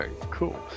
cool